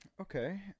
Okay